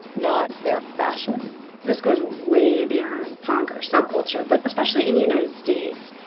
not their fashion this goes way beyond punk or subculture, but especially in the united states,